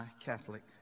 Catholic